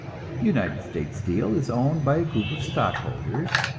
united states steel is owned by a group of stockholders,